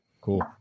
Cool